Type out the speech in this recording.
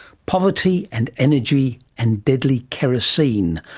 poverty and energy and deadly kerosene.